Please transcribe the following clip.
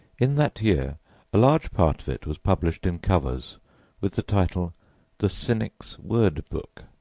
in that year a large part of it was published in covers with the title the cynic's word book,